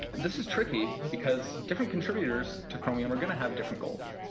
this is tricky because different contributors to chromium are going to have different goals.